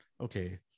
Okay